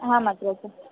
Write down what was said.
आम् अग्रज